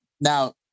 Now